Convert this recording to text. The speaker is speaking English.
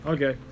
Okay